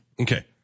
Okay